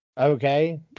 Okay